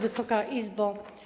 Wysoka Izbo!